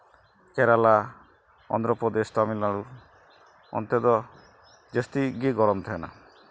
ᱠᱮᱨᱟᱞᱟ ᱚᱱᱫᱷᱨᱚᱯᱨᱚᱫᱮᱥ ᱛᱟᱹᱢᱤᱞᱱᱟᱹᱲᱩ ᱚᱱᱛᱮ ᱫᱚ ᱡᱟᱹᱥᱛᱤ ᱜᱮ ᱜᱚᱨᱚᱢ ᱛᱟᱦᱮᱱᱟ